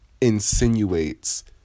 insinuates